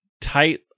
tight